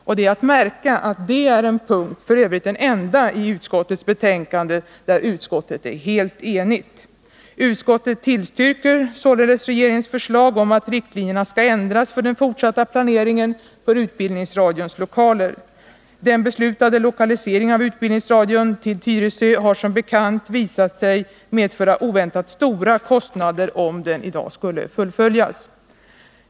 Och det är att märka att det är en punkt - f.ö. den enda i utskottets betänkande — där utskottet är helt enigt. Utskottet tillstyrker således regeringens förslag om att riktlinjerna skall ändras för den fortsatta planeringen för utbildningsradions lokaler. Den beslutade lokaliseringen av utbildningsradion till Tyresö har som bekant visat sig medföra oväntat stora kostnader om den skulle fullföljas.